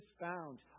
found